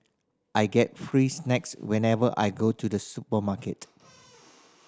I get free snacks whenever I go to the supermarket